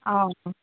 অঁ